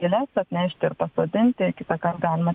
gėles atnešt ir pasodinti kitą kartą galima